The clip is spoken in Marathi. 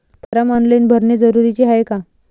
फारम ऑनलाईन भरने जरुरीचे हाय का?